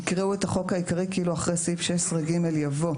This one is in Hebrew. יקראו את החוק העיקרי כאילו אחרי סעיף 16ג יבוא: